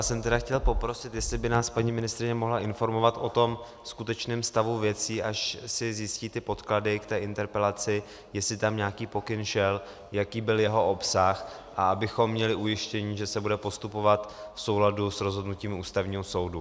Já jsem tedy chtěl poprosit, jestli by nás paní ministryně mohla informovat o tom skutečném stavu věcí, až si zjistí podklady k té interpelaci, jestli tam nějaký pokyn šel, jaký byl jeho obsah, a abychom měli ujištění, že se bude postupovat v souladu s rozhodnutím Ústavního soudu.